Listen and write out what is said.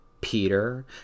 Peter